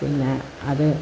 പിന്നെ അത്